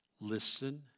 listen